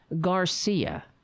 Garcia